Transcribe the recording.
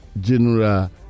General